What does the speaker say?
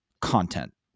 content